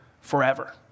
forever